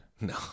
No